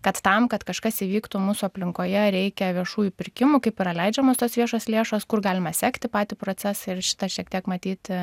kad tam kad kažkas įvyktų mūsų aplinkoje reikia viešųjų pirkimų kaip yra leidžiamos tos viešos lėšos kur galima sekti patį procesą ir šitą šiek tiek matyt